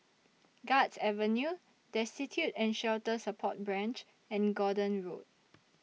Guards Avenue Destitute and Shelter Support Branch and Gordon Road